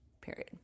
period